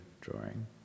drawing